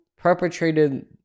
perpetrated